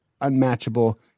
unmatchable